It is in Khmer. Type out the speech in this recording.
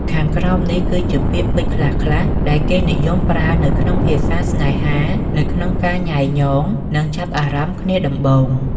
ខាងក្រោមនេះគឺជាពាក្យពេចន៍ខ្លះៗដែលគេនិយមប្រើនៅក្នុងភាសាស្នេហា នៅក្នុងការញ៉ែញ៉ង និងចាប់អារម្មណ៍គ្នាដំបូង។